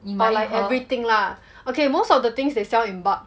I 买 everything lah okay most of the things they sell in bulk